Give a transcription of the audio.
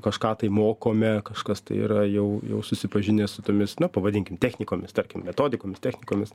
kažką tai mokome kažkas tai yra jau jau susipažinęs su tomis na pavadinkim technikomis tarkim metodikomis technikomis